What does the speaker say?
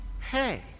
Hey